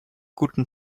guten